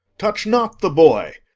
touch not the boy,